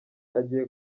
agiye